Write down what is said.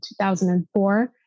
2004